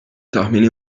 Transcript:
tahmini